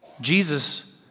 Jesus